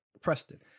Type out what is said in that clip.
preston